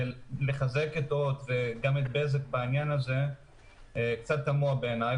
שמחזק גם את בזק בעניין הזה קצת תמוה בעיניי.